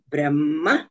Brahma